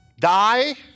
die